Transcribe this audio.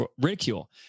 ridicule